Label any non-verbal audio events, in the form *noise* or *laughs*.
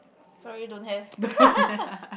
sorry don't have *laughs*